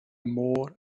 môr